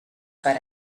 per